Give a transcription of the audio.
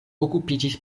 okupiĝis